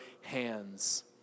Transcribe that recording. hands